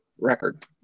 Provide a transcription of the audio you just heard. record